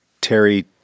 Terry